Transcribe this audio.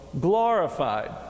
glorified